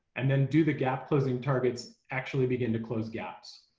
and then, do the gap closing targets actually begin to close gaps?